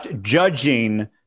judging